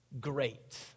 great